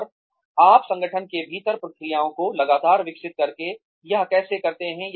और आप अपने संगठन के भीतर प्रक्रियाओं को लगातार विकसित करके यह कैसे करते हैं